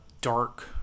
dark